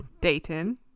Dayton